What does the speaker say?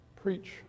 preach